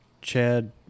Chad